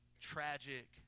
tragic